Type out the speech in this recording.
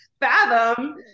fathom